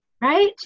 Right